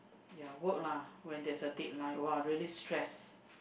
ya work lah when that's a deadline !wah! really stress